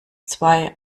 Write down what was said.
zwei